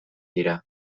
dira